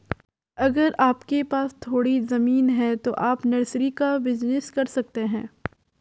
अगर आपके पास थोड़ी ज़मीन है तो आप नर्सरी का बिज़नेस कर सकते है